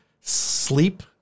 sleep